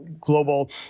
global